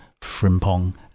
Frimpong